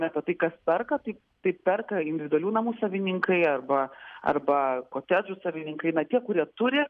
apie tai kas perka tai tai perka individualių namų savininkai arba arba kotedžų savininkai na tie kurie turi